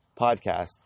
podcast